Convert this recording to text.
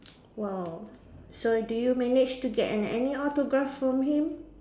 !wow! so do you managed to get an any autograph from him